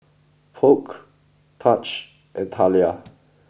Polk Taj and Talia